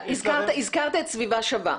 הזכרת את "סביבה שווה".